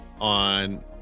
on